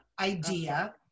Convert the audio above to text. idea